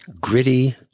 Gritty